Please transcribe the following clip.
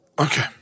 Okay